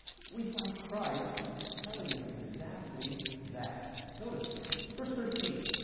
we find christ telling us exactly that. notice verse thirteen,